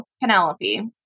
Penelope